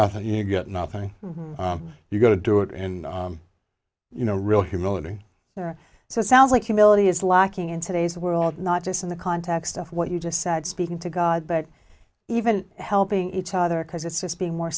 get nothing you've got to do it and you know real humility there so it sounds like humility is lacking in today's world not just in the context of what you just said speaking to god but even helping each other because it's just being more